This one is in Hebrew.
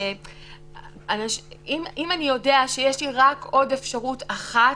אם אני יודע שיש לי רק עוד אפשרות אחת,